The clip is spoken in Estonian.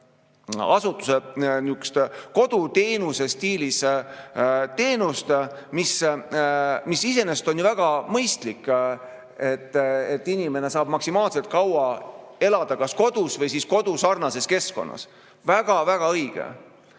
asutuselt koduteenuse stiilis teenust, mis iseenesest on ju väga mõistlik, et inimene saaks maksimaalselt kaua elada kas kodus või kodusarnases keskkonnas. Väga-väga õige.